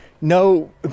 no